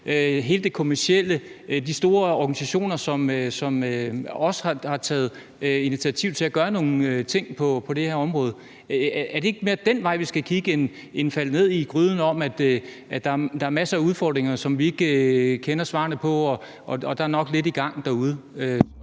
hele det kommercielle, altså de store organisationer, som også har taget initiativ til at gøre nogle ting på det her område? Er det ikke mere den vej, vi skal kigge, frem for at falde ned i gryden med, at der er masser af udfordringer, som vi ikke kender svarene på, og at der nok er lidt i gang derude,